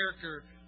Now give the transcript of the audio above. character